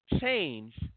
change